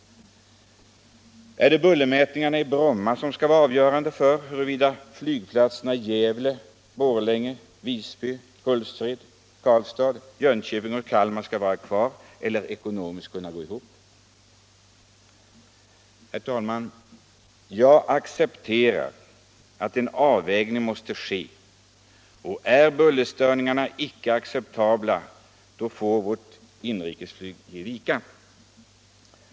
Är det bullermätningarna i Bromma som skall vara avgörande för huruvida flygplatserna i Gävle, Borlänge, Visby, Hultsfred, Karlstad, Jönköping och Kalmar skall vara kvar eller ekonomiskt kunna gå ihop? Herr talman! Jag accepterar att en avvägning måste ske, och är bullerstörningarna icke acceptabla, då får vårt inrikesflyg ge vika.